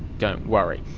don't worry.